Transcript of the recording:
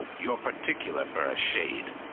you're particular, for a shade.